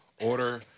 Order